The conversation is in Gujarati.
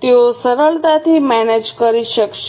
તેઓ સરળતાથી મેનેજ કરી શકશે